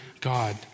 God